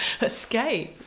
escape